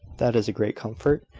that is a great comfort.